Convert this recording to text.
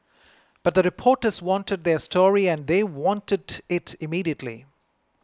but the reporters wanted their story and they wanted it immediately